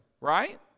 right